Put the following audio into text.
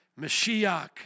Mashiach